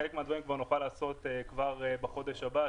חלק מהדברים נוכל לעשות כבר בחודש הבא,